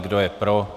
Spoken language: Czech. Kdo je pro?